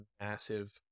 massive